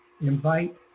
invite